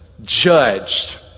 judged